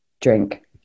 drink